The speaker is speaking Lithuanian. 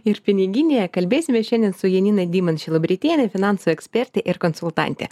ir piniginėje kalbėsime šiandien su janina dyman šilobritiene finansų eksperte ir konsultante